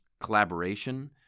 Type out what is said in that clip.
collaboration